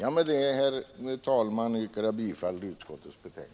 Med detta, herr talman, yrkar jag bifall till utskottet hemställan.